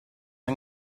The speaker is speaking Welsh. yng